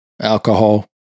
alcohol